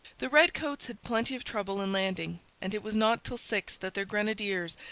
the redcoats had plenty of trouble in landing and it was not till six that their grenadiers,